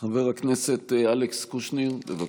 חבר הכנסת אלכס קושניר, בבקשה.